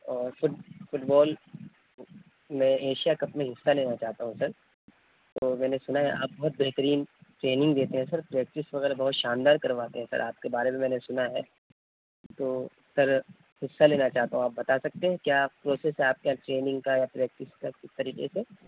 سر football میں Asia cup میں حصہ لینا چاہتا ہوں سر تو میں نے سنا ہے آپ بہت بہترین ٹریننگ دیتے ہیں سر پریکٹس وغیرہ بہت شاندار کرواتے ہیں سر آپ کے بارے میں میں نے سنا ہے تو سر حصہ لینا چاہتا ہوں آپ بتا سکتے ہیں کیا پروسس ہے آپ کے یہاں ٹریننگ کا یا پریکٹس کا کس طریقے سے